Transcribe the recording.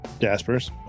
Jaspers